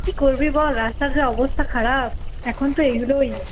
কী করবি বল রাস্তার যা অবস্থা খারাপ এখন তো এগুলোই